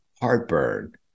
heartburn